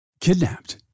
kidnapped